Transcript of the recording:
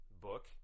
book